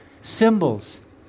symbols